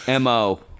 MO